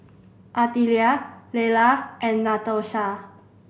Artelia Lella and Natosha